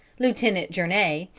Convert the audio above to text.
lieutenant journay,